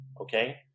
okay